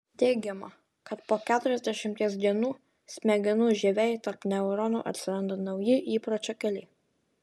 teigiama kad po keturiasdešimties dienų smegenų žievėj tarp neuronų atsiranda nauji įpročio keliai